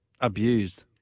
abused